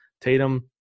Tatum